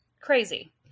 crazy